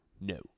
No